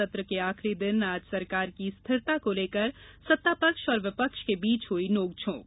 सत्र के आखिरी दिन आज सरकार की स्थिरता को लेकर सत्तापक्ष और विपक्ष के बीच हई नोकझोंक